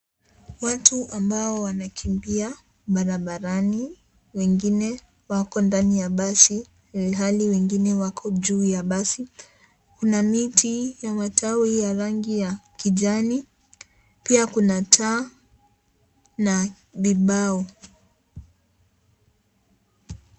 Watu ambao wanakimbia barabarani. Wengine wako ndani ya basi ilhali wengine wako juu ya basi. Kuna miti ya matawi ya rangi ya kijani, pia kuna taa na vibao.